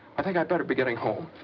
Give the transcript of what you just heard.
i think i'd better be getting home.